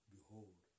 Behold